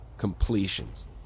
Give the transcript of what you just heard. completions